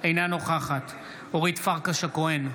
אינה נוכחת אורית פרקש הכהן,